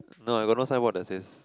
no I got no signboard that says